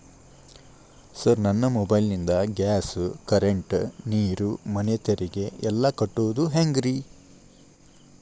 Sir ನನ್ನ mobile ನಿಂದ gas, current, ನೇರು, ಮನೆ ತೆರಿಗೆ ಎಲ್ಲಾ ಕಟ್ಟೋದು ಹೆಂಗ್ರಿ?